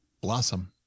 Blossom